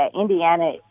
Indiana